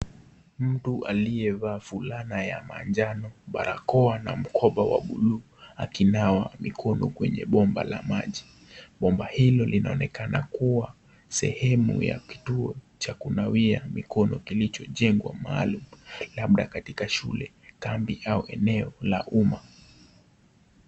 Mtu aliyevaa fulana ya manjano, barakoa na mkoba wa bluu akinawa mikono kwenye bomba la maji. Bomba hilo linaonekana kuwa sehemu ya kituo cha kunawia mikono kilichojengwa maalum, labda katika shule kambi au eneo la umma.